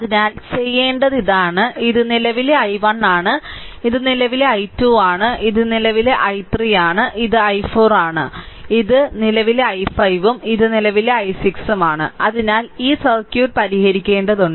അതിനാൽ ചെയ്യേണ്ടത് ഇതാണ് ഇത് നിലവിലെ i1 ആണ് ഇത് നിലവിലെ i 2 ആണ് ഇത് നിലവിലെ i3 ആണ് ഇത് i4 ആണ് ഇത് നിലവിലെ i5 ഉം ഇത് നിലവിലെ i6 ഉം ആണ് അതിനാൽ ഈ സർക്യൂട്ട് പരിഹരിക്കേണ്ടതുണ്ട്